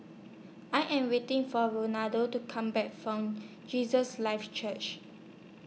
I Am waiting For to Come Back from Jesus Lives Church